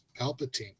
Palpatine